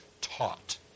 taught